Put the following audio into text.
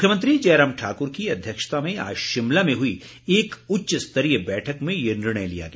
मुख्यमंत्री जयराम ठाकुर की अध्यक्षता में आज शिमला में हुई एक उच्च स्तरीय बैठक में ये निर्णय लिया गया